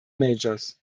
majors